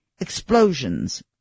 Explosions